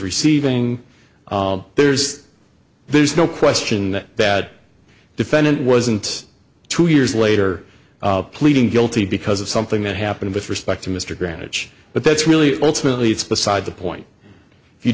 receiving there's there's no question that that defendant wasn't two years later pleading guilty because of something that happened with respect to mr granted but that's really ultimately it's beside the point